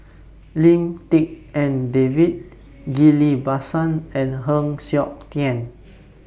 Lim Tik En David Ghillie BaSan and Heng Siok Tian